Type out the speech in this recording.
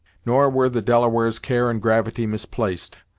nor were the delaware's care and gravity misplaced,